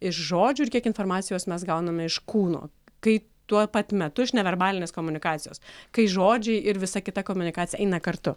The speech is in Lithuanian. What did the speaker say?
iš žodžių ir kiek informacijos mes gauname iš kūno kai tuo pat metu iš neverbalinės komunikacijos kai žodžiai ir visa kita komunikacija eina kartu